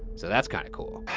so that's kinda cool.